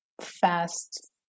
fast